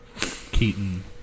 Keaton